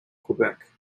quebec